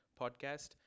podcast